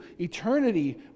eternity